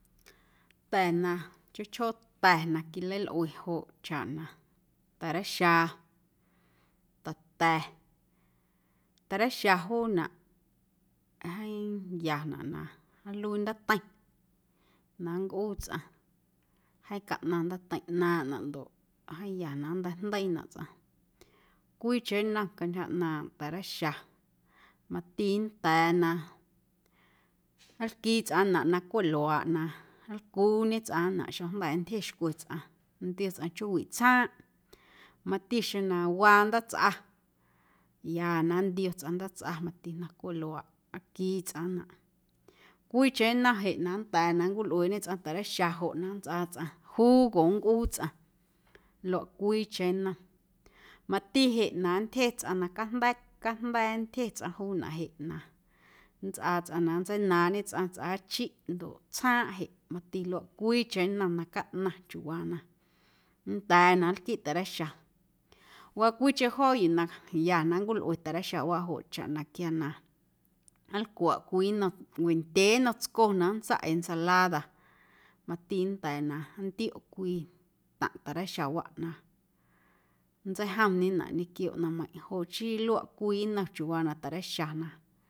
Ta̱ na chjoo chjoo ta̱ na quilalꞌue joꞌ chaꞌ na ta̱reixa, ta̱ta̱, ta̱reixa juunaꞌ jeeⁿ yanaꞌ na nluii ndaateiⁿ na nncꞌuu tsꞌaⁿ jeeⁿ caꞌnaⁿ ndaateiⁿ ꞌnaaⁿꞌnaꞌ ndoꞌ jeeⁿ ya na nnteijndeiinaꞌ tsꞌaⁿ cwiicheⁿ nnom cantyja ꞌnaaⁿ ta̱reixa mati nnda̱a̱ na nlquii tsꞌaⁿnaꞌ na cweꞌ luaaꞌ na nlcuuñe tsꞌaⁿnaꞌ xeⁿjnda̱ nntyjexcwe tsꞌaⁿ nntiom tsꞌaⁿ chjoowiꞌ tsjaaⁿꞌ mati xeⁿ na waa ndaatsꞌa ya na nntio tsꞌaⁿ ndaatsꞌa mati na cweꞌ luaaꞌ aquii tsꞌaⁿnaꞌ cwiicheⁿ nnom jeꞌ na nnda̱a̱ na nncwilꞌueeꞌñe tsꞌaⁿ ta̱reixa joꞌ na nntsꞌaa tsꞌaⁿ jugo nncꞌuu tsꞌaⁿ luaꞌ cwiicheⁿ nnom mati jeꞌ na nntyje tsꞌaⁿ na cajnda̱a̱ cajnda̱a̱ nntyje tsꞌaⁿ juunaꞌ jeꞌ na nntsꞌaa tsꞌaⁿ na nntseinaaⁿñe tsꞌaⁿ tsꞌaachiꞌ ndoꞌ tsjaaⁿꞌ jeꞌ mati luaꞌ cwiicheⁿ nnom na caꞌnaⁿ chiuuwaa na nnda̱a̱ na nlquiꞌ ta̱reixa waa cwiicheⁿ joo yuu na ya na nncwilꞌue ta̱reixawaꞌ joꞌ chaꞌ na quia na nlcwaꞌ cwii nnom wendyee nnom tsco na nntsaꞌ ensalada mati nnda̱a̱ na nntioꞌ cwii taⁿꞌ ta̱reixawaꞌ na nntseijomñenaꞌ ñequio ꞌnaⁿmeiⁿꞌ joꞌ chii luaꞌ cwii nnom chiuuwaa na ta̱reixa.